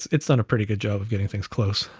it's done a pretty good job of getting things close.